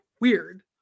weird